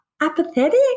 apathetic